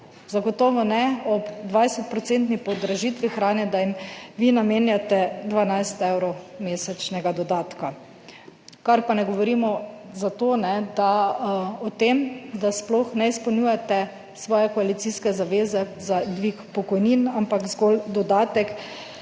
procentni podražitvi hrane, da jim vi namenjate 12 evrov mesečnega dodatka. Kar pa ne govorimo za to, ne, da, o tem, da sploh ne izpolnjujete svoje koalicijske zaveze za dvig pokojnin, ampak zgolj dodatek,